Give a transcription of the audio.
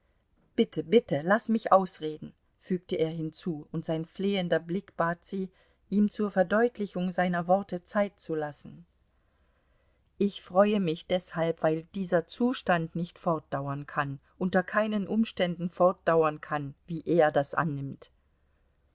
bitte bitte laß mich ausreden fügte er hinzu und sein flehender blick bat sie ihm zur verdeutlichung seiner worte zeit zu lassen ich freue mich deshalb weil dieser zustand nicht fortdauern kann unter keinen umständen fortdauern kann wie er das annimmt